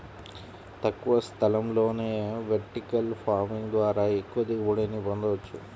తక్కువ స్థలంలోనే vertical farming ద్వారా ఎక్కువ దిగుబడిని పొందవచ్చు